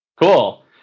Cool